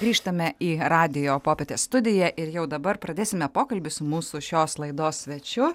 grįžtame į radijo popietės studiją ir jau dabar pradėsime pokalbį su mūsų šios laidos svečiu